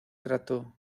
trató